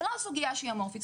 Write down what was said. זו לא סוגיה אמורפית,